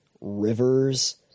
rivers